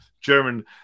German